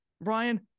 Brian